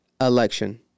election